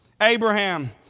Abraham